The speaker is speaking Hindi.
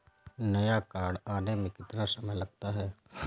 नया कार्ड आने में कितना समय लगता है?